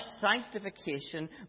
sanctification